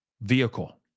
vehicle